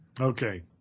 Okay